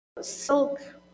Silk